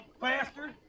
bastard